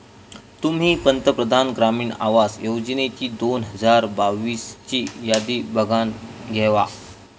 तुम्ही पंतप्रधान ग्रामीण आवास योजनेची दोन हजार बावीस ची यादी बघानं घेवा